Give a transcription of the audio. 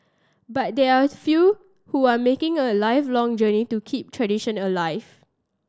but there are a few who are making a lifelong journey to keep tradition alive